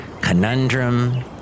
conundrum